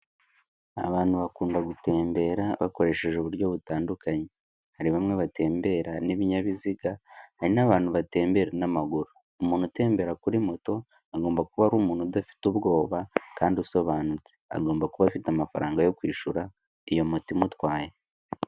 Abantu bakunda gutembera bakoresheje uburyo butandukanye, hari bamwe batembera n'ibinyabiziga, hari n'abantu batembera n'amaguru. Umuntu utembera kuri moto agomba kuba ari umuntu udafite ubwoba kandi usobanutse, agomba kuba afite amafaranga yo kwishyura iyo mota imutwaye.